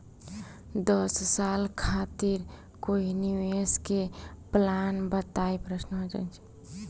दस साल खातिर कोई निवेश के प्लान बताई?